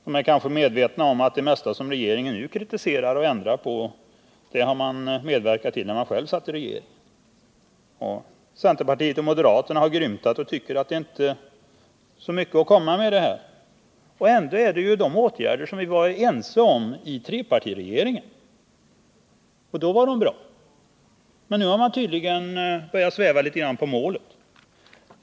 De är kanske medvetna om att det mesta som regeringen nu kritiserar och ändrar på har de själva medverkat till när de satt i regeringsställning. Centerpartiet och moderaterna har grymtat och tyckt att det här inte är så mycket att komma med. Ändå är det fråga om åtgärder som trepartiregeringen var enig om. Då var det ju bra, men nu har man tydligen börjat sväva på målet.